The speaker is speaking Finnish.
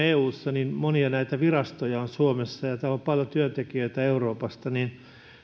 eussa monia näitä virastoja on suomessa ja täällä on paljon työntekijöitä euroopasta